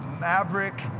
maverick